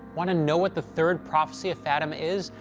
want to know what the third prophecy of fatima is,